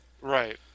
Right